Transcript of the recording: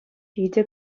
питӗ